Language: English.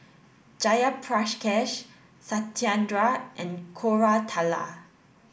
Jayaprakash Satyendra and Koratala